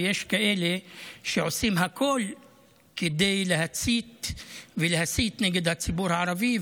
ויש כאלה שעושים הכול כדי להצית ולהסית נגד הציבור הערבי,